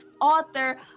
author